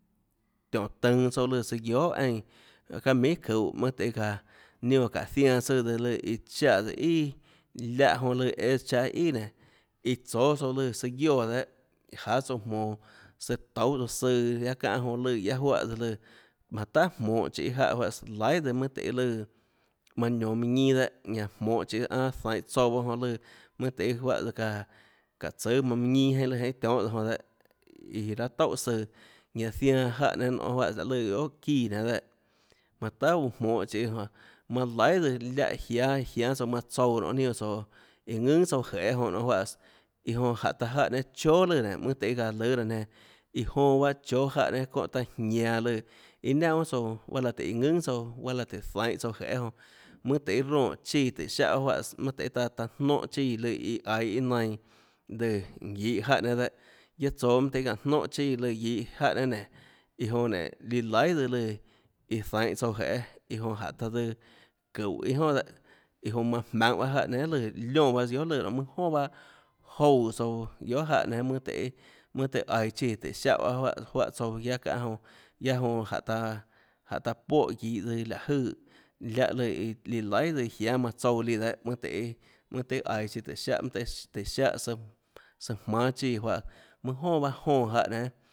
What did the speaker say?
Tiónå tønå tsouã søã lùnã guiohà çaâ minhà çuhå mønâ tøhê çaã ninâ juáhã çáå zianã tsùã tsøã iã chaè tsøã ià láhã jonã lùã õâs cháâ ià nénå iã tsóâ tsouã lùã søã guióãdehâ jáâ tsouã jmonå søã tounhâ søã çánã jonã lùã guiaâ juáhã lùã manã tahà jmonhå chiê jáhã juáhãs tsøã lùã manã tahà jmonhå chiê jáhã juáhãs laihà tsøã mønâ tøhê lùã manã ionå mønã ñinâ dehâ ñanã jmonhå chiê anâ zainhå tsouã baâ jonã lùã mønâ tøhê júahã tsøã çáå çáhå tsùâ mønã ñinâ lùã jeinhâ tionhâ jonã dehâ iã raâ toúhà søã ñanã zianã jáhã nénâ nionê juáhã laê lùã guiohà çíã nénâ dehâ manã thaà guã jmonhå chiês manã laihà tsøã láhå jiáâ jiánâ tsouã manã tsouã nonê nin tsoå iã ðùnà jeê jonã nionê juáhãs iâ jonã taã jáhã nénâ chóà lùã nénå mønâ tøhê çaã lùâ raã nenã iã jonã bahâ chóâ jáhã nénâ çounã taã jianã lùã i naunà guiohà tsouã guaâ láhå tùhå iâ ðùnà tsouã guaâ laã tùhå zainhå tsouã jeê jonã mønã tøhê roè chíã tùhå siáhã juáhãs mønâ tøhê taã taã jnónhã chíã lùã iã aiå iâ nainã lùã guihå jáhã nénâ dehâ tsoå mønâ tøhê çáå jnónhã chíã guihå jáhã nénâ nénå iã jonã nénå líã laihà tsøã lùã iã zainhå tsouã jeê jonã jñhå taã døã çúhå iâ joà dehâ iã jonã manã jmaønhå jáhã nénâ guiohà lùã liónã bahâ tsøã guiohà lùã mønâ joà baâ joúã tsouã guiohà jáhã nénâ mønâ tøhê mønâ aiå chíã tùhå siáhã baâ juáhã tsouã guiaâ çáhã jonã jonã jánhå taã jánhå taã póhã guihå tsøã láhå jøè láhã lùã iã iã líã laihà tsøã iã jiánâ tsouã líã dehâ mønâ mønâ tøhê tøhê aiå chíã tùhå siáhã tùhã siáh søã søã jmánâ chíã juáhã mønâ joà baâ jónã jáhã nénâ